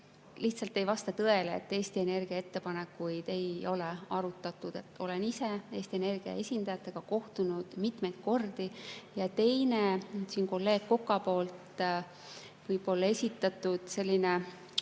Lihtsalt ei vasta tõele, et Eesti Energia ettepanekuid ei ole arutatud. Olen ise Eesti Energia esindajatega kohtunud mitmeid kordi. Ja teine siin kolleeg Koka esitatud selline,